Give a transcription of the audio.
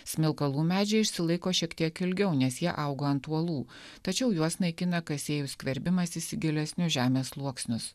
smilkalų medžiai išsilaiko šiek tiek ilgiau nes jie auga ant uolų tačiau juos naikina kasėjų skverbimasis į gilesnius žemės sluoksnius